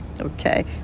Okay